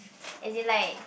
as in like